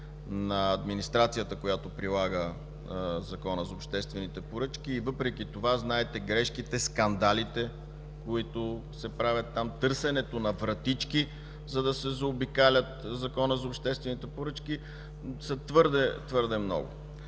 на администрацията, която прилага Закона за обществените поръчки, и въпреки това, знаете грешките, скандалите, които се правят там. Търсенето на вратички, за да се заобикаля Законът за обществените поръчки, са твърде,